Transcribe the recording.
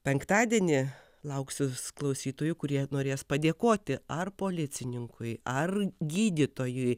penktadienį lauksiu klausytojų kurie norės padėkoti ar policininkui ar gydytojui